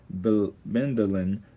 Bendelin